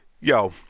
Yo